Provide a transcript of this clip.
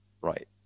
Right